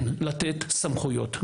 כן לתת סמכויות.